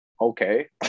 okay